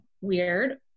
weird